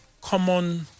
common